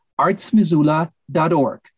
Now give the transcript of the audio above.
artsmissoula.org